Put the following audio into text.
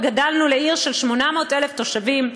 וגדלנו לעיר של 800,000 תושבים,